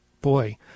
boy